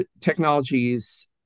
technologies